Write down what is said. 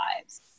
lives